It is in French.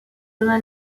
donna